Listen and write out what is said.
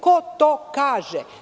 Ko to kaže?